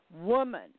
woman